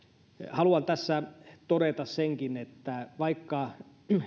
haluan tässä todeta senkin että vaikka